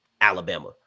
Alabama